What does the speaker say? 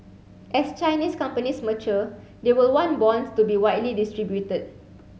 as Chinese companies mature they will want bonds to be widely distributed